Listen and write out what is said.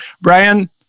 Brian